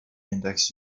index